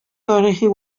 тарихи